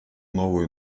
новую